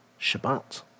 Shabbat